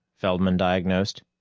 feldman diagnosed.